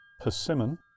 persimmon